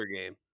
game